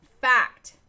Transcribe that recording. Fact